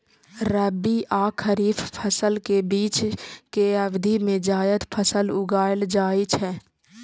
रबी आ खरीफ फसल के बीच के अवधि मे जायद फसल उगाएल जाइ छै